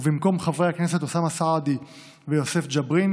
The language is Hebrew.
ובמקום חברי הכנסת אוסאמה סעדי ויוסף ג'בארין